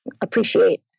appreciate